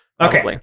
okay